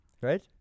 right